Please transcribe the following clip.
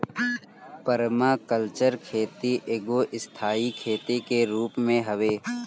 permaculture खेती एगो स्थाई खेती के रूप हवे